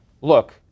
look